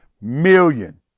million